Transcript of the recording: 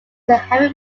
having